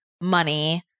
money